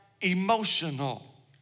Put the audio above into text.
emotional